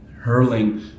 hurling